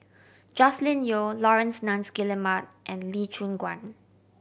Joscelin Yeo Laurence Nunns Guillemard and Lee Choon Guan